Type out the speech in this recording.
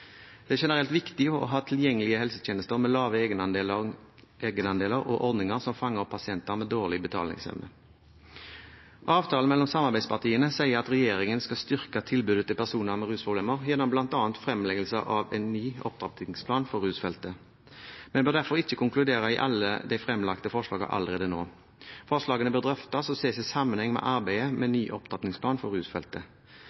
Det er generelt viktig å ha tilgjengelige helsetjenester med lave egenandeler og ordninger som fanger opp pasienter med dårlig betalingsevne. Avtalen mellom samarbeidspartiene sier at regjeringen skal styrke tilbudet til personer med rusproblemer gjennom bl.a. fremleggelse av en ny opptrappingsplan for rusfeltet. Vi bør derfor ikke konkludere i alle de fremlagte forslagene allerede nå. Forslagene bør drøftes og ses i sammenheng med arbeidet med ny opptrappingsplan for rusfeltet.